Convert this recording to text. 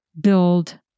build